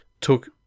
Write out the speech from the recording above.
took